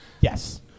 Yes